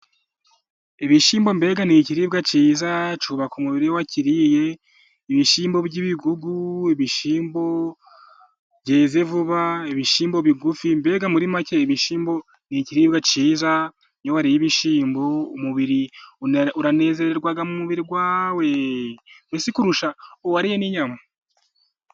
Ibishyimbo mbega ni ikiribwa cyiza, cyubaka umubiri iyo wakiriye, ibishyimbo by'ibigugu, ibishyimbo byeze vuba, ibishyimbo bigufi, mbega muri make ibishyimbo ni ikiribwa cyiza. Iyo wariye ibishyimbo, umubiri, uranezererwa mu mubiri wawe, mbese kurusha uwariye n'inyama.